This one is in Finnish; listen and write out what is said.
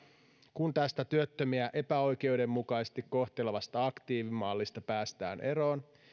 kun tästä työttömiä epäoikeudenmukaisesti kohtelevasta aktiivimallista päästään eroon